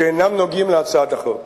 שאינם נוגעים להצעת החוק.